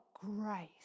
grace